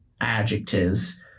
Adjectives